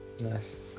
Nice